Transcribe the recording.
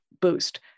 boost